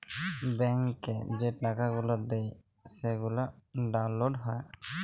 ব্যাংকে যে টাকা গুলা দেয় সেগলা ডাউল্লড হ্যয়